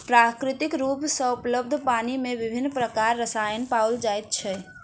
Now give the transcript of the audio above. प्राकृतिक रूप सॅ उपलब्ध पानि मे विभिन्न प्रकारक रसायन पाओल जाइत अछि